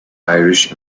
irish